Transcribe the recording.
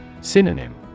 Synonym